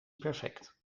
perfect